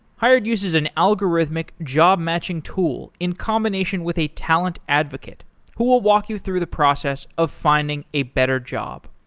hired uses an algorithmic job-matching tool in combination with a talent advocate who will walk you through the process of finding a better job.